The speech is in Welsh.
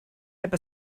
heb